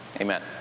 Amen